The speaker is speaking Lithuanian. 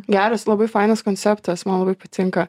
geras labai fainas konceptas man labai patinka